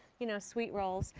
you know, sweet rolls.